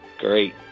Great